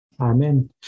Amen